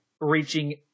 reaching